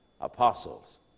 apostles